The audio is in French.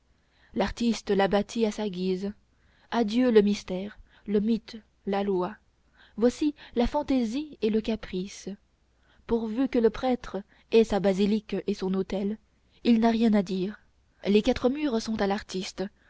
l'artiste la bâtit à sa guise adieu le mystère le mythe la loi voici la fantaisie et le caprice pourvu que le prêtre ait sa basilique et son autel il n'a rien à dire les quatre murs sont à l'artiste